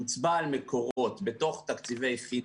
הוצבע על מקורות בתוך תקציבי חינוך,